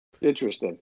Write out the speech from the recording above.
Interesting